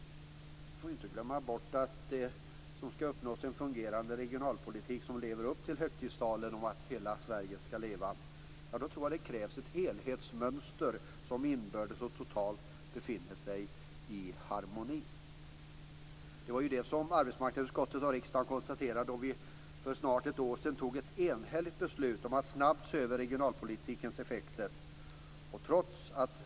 Vi får inte glömma bort att om vi skall få en fungerande regionalpolitik som lever upp till högtidstalet att hela Sverige skall leva, så krävs det ett mönster som inbördes och totalt befinner sig i harmoni. Det var ju det som arbetsmarknadsutskottet och riksdagen konstaterade när vi för snart ett år sedan fattade ett enhälligt beslut om att snabbt se över regionalpolitikens effekter.